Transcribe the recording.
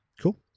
cool